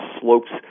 slopes